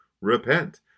repent